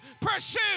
pursue